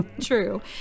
True